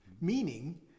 Meaning